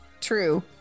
True